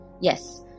Yes